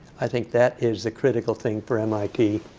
i think that is the critical thing for mit